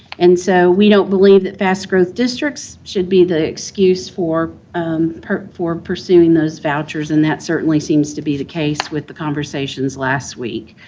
and so, we don't believe that fast-growth districts should be the excuse for for pursuing those vouchers, and that certainly seems to be the case with the conversations last week.